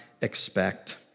expect